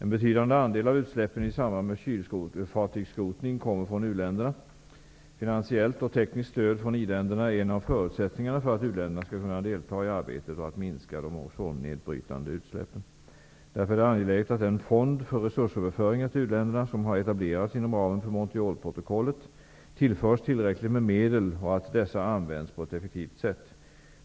En betydande andel av utsläppen i samband med kylfartygsskrotning kommer från u-länderna. Finansiellt och tekniskt stöd från i-länderna är en av förutsättningarna för att u-länderna skall kunna delta i arbetet för att minska de ozonnedbrytande utsläppen. Därför är det angeläget att den fond för resursöverföringar till u-länderna som har etablerats inom ramen för Montrealprotokollet tillförs tillräckliga medel och att dessa används på ett effektivt sätt.